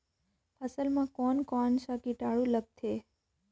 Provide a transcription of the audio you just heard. फसल मा कोन कोन सा कीटाणु लगथे?